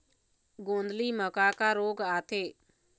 गोंदली म का का रोग आथे?